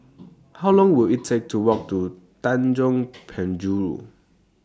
How Long Will IT Take to Walk to Tanjong Penjuru